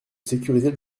sécuriser